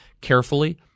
carefully